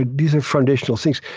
ah these are foundational things,